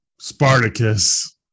spartacus